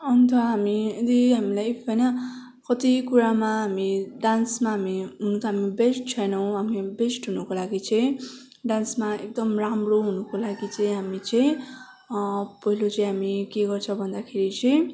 अन्त हामी यही हामीलाई इफ होइन कति कुरामा हामी डान्समा हामी हुनु ता हामी बेस्ट छैनौँ हामी बेस्ट हुनुको लागि चाहिँ डान्समा एकदम राम्रो हुनुको लागि चाहिँ हामी चाहिँ पहिलो चाहिँ हामी के गर्छौँ भन्दाखेरि चाहिँ